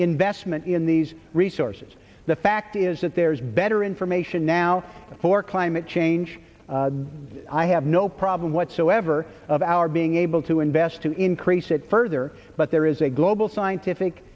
investment in these resources the fact is that there's better information now for climate change i have no problem whatsoever of our being able to invest to increase it further but there is a global scientific